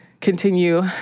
continue